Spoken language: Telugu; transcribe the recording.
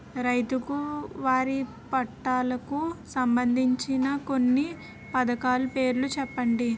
రైతులకు వారి పంటలకు సంబందించిన కొన్ని పథకాల పేర్లు చెప్పండి?